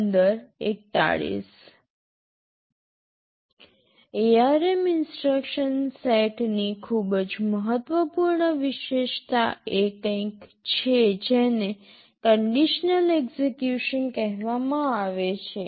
ARM instruction સેટની ખૂબ જ મહત્વપૂર્ણ વિશેષતા એ કંઈક છે જેને કન્ડિશનલ એક્સેકયુશન કહેવામાં આવે છે